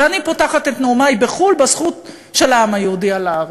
ואני פותחת את נאומי בחו"ל בזכות של העם היהודי על הארץ,